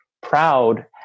proud